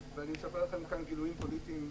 אני מספר לכם כאן גילויים פוליטיים.